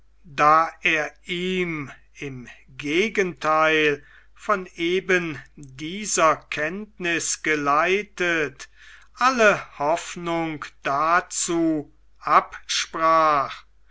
da er ihm im gegentheil von eben dieser kenntniß geleitet alle hoffnung dazu absprach